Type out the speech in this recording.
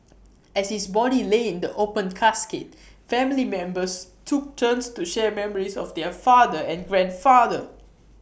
as his body lay in the open casket family members took turns to share memories of their father and grandfather